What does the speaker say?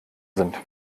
sind